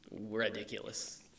ridiculous